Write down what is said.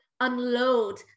unload